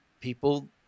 people